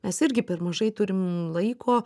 mes irgi per mažai turim laiko